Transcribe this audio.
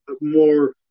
more